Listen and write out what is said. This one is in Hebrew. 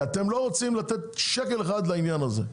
כי אתם לא רוצים לתת שקל אחד לעניין הזה.